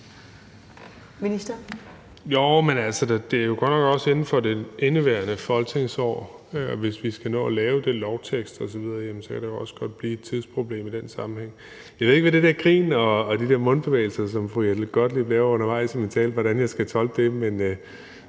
Bek): Jo, men det er jo godt nok også inden for indeværende folketingsår, og hvis vi skal nå at lave den lovtekst osv., kan der også godt blive et tidsproblem i den sammenhæng. Jeg ved ikke, hvordan jeg skal tolke det der grin og de der mundbevægelser, som fru Jette Gottlieb lavede undervejs i min tale, men jeg tolker det under